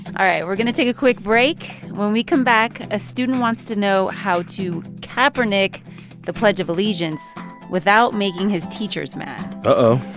all right, we're going to take a quick break. break. when we come back, a student wants to know how to kaepernick the pledge of allegiance without making his teachers mad uh-oh.